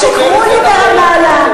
שיקרו לי ברמאללה.